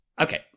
Okay